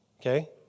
okay